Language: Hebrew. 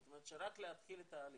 זאת אומרת רק להתחיל את ההליך,